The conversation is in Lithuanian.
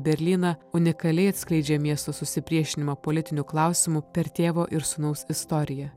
berlyną unikaliai atskleidžia miesto susipriešinimą politiniu klausimu per tėvo ir sūnaus istoriją